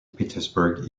petersburg